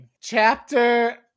Chapter